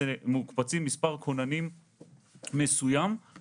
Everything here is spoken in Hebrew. מוקפץ מספר כוננים מסוים,